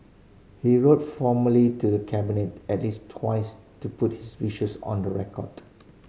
he wrote formally to the Cabinet at least twice to put his wishes on the record